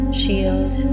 shield